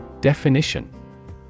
Definition